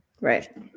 right